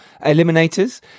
Eliminators